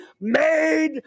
made